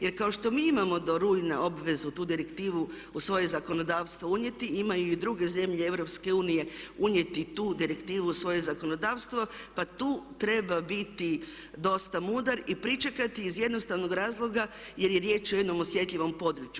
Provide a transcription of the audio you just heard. Jer kao što mi imamo do rujna obvezu tu direktivu u svoje zakonodavstvo unijeti imaju i druge zemlje Europske unije unijeti tu direktivu u svoje zakonodavstvo pa tu treba biti dosta mudar i pričekati iz jednostavnog razloga jer je riječ o jednom osjetljivom području.